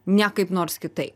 ne kaip nors kitaip